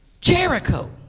Jericho